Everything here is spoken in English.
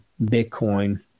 Bitcoin